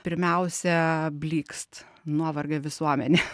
pirmiausia blykst nuovargio visuomenė